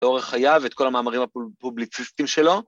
‫לאורך חייו את כל המאמרים הפוב... ‫פובליציסטיים שלו.